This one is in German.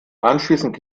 anschließend